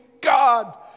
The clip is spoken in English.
God